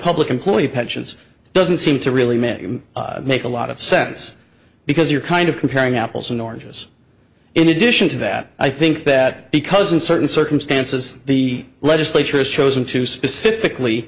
public employee pensions doesn't seem to really meant make a lot of sense because you're kind of comparing apples and oranges in addition to that i think that because in certain circumstances the legislature has chosen to specifically